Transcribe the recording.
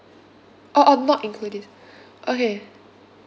oh oh not included okay